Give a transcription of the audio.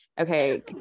okay